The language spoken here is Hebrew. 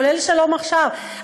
כולל "שלום עכשיו",